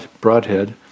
Broadhead